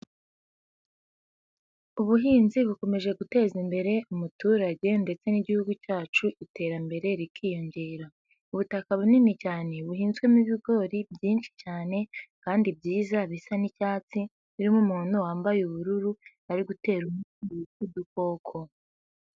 Ubuhinzi bukomeje guteza imbere umuturage ndetse n'Igihugu cyacu iterambere rikiyongera, ubutaka bunini cyane buhinzwemo ibigori byinshi cyane kandi byiza bisa n'icyatsi, birimo umuntu wambaye ubururu ari gutera umuti wica udukoko.